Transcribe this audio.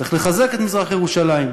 צריך לחזק את מזרח-ירושלים,